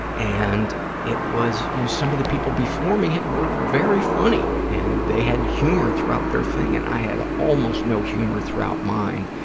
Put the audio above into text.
and it was, you know, some of the people before me were very funny and they had humor throughout their thing, and i had almost no humor throughout mine,